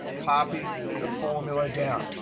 copy the formula down.